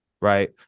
right